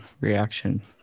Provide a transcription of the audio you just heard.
reaction